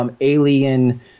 alien